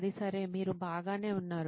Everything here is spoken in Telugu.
అది సరే మీరు బాగానే ఉన్నారు